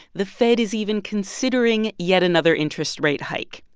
the fed is even considering yet another interest rate hike.